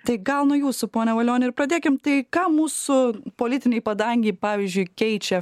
tai gal nuo jūsų pone valioni ir pradėkim tai ką mūsų politinėj padangėj pavyzdžiui keičia